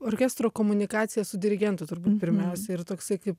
orkestro komunikacija su dirigentu turbūt pirmiausiai ir toksai kaip